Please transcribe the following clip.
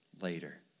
later